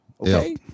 Okay